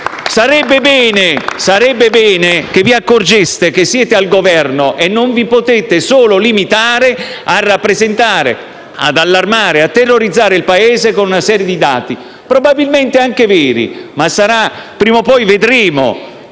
Sarebbe bene che vi accorgeste che siete al Governo e non vi potete solo limitare a rappresentare, allarmare e terrorizzare il Paese con una serie di dati, probabilmente anche veri. Prima o poi però